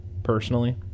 Personally